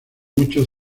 muchos